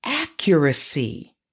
accuracy